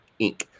inc